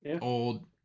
old